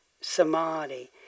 samadhi